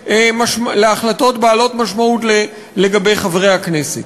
להחלטות בעלות משמעות לגבי חברי הכנסת.